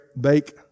bake